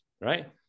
right